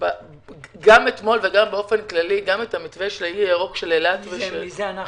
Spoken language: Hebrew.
מי זה אנחנו?